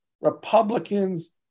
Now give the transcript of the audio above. Republicans